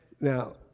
Now